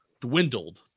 dwindled